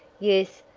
yes,